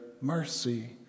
mercy